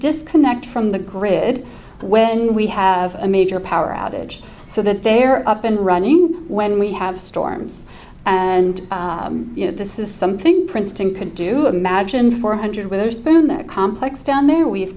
disconnect from the grid when we have a major power outage so that they are up and running when we have storms and this is something princeton could do imagine four hundred witherspoon that complex down there we've